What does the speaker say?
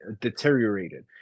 deteriorated